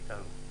איתנו,